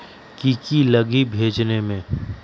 की की लगी भेजने में?